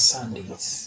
Sundays